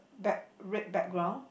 black red background